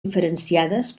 diferenciades